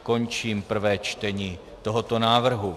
Končím prvé čtení tohoto návrhu.